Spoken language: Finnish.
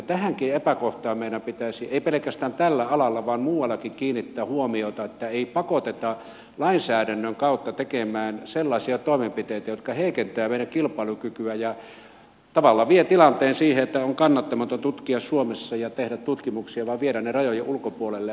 tähänkin epäkohtaan meidän pitäisi ei pelkästään tällä alalla vaan muuallakin kiinnittää huomiota että ei pakoteta lainsäädännön kautta tekemään sellaisia toimenpiteitä jotka heikentävät meidän kilpailukykyä ja tavallaan vievät tilanteen siihen että on kannattamatonta tutkia suomessa ja tehdä tutkimuksia vaan viedään ne rajojen ulkopuolelle